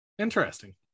interesting